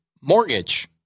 mortgage